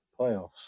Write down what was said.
playoffs